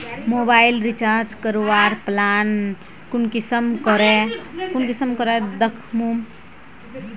Mobile recharge करवार plan कुंसम करे दखुम?